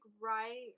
right